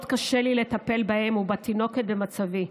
מאוד קשה לי לטפל בהם ובתינוקת במצבי.